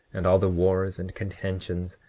and all the wars, and contentions,